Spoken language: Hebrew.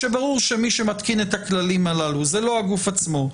כשברור שמי שמתקין את הכללים הללו זה לא הגוף עצמו,